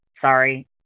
Sorry